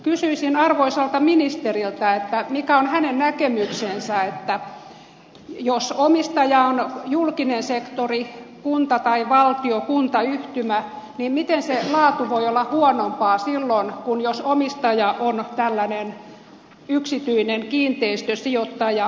kysyisin arvoisalta ministeriltä mikä on hänen näkemyksensä että jos omistaja on julkinen sektori kunta tai valtio kuntayhtymä niin miten se laatu voi olla huonompaa kuin silloin jos omistaja on tällainen yksityinen kiinteistösijoittaja